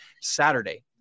Saturday